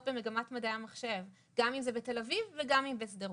במגמת מדעי המחשב גם אם זה בתל אביב וגם אם בשדרות.